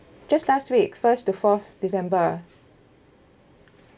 just last week first to fourth december